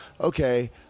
okay